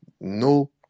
no